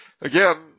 again